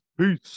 Peace